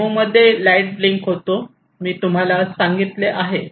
demo मध्ये light blink होतो मी तुम्हाला सांगितले आहे